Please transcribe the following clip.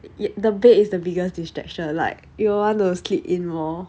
the bed is the biggest distraction like you want to sleep in more